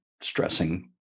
stressing